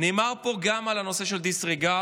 נאמר פה גם על הנושא של דיסרגרד.